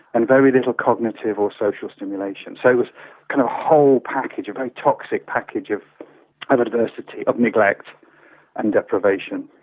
and very little cognitive or social stimulation. so it was a kind of whole package, a very toxic package of of adversity, of neglect and deprivation.